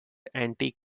antique